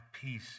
peace